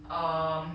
um